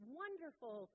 wonderful